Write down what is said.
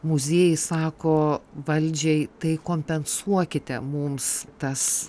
muziejai sako valdžiai tai kompensuokite mums tas